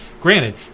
granted